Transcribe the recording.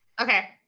okay